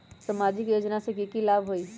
सामाजिक योजना से की की लाभ होई?